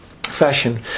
Fashion